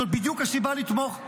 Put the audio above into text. זו בדיוק הסיבה לתמוך.